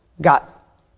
got